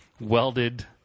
welded